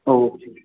हो